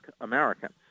Americans